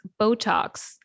Botox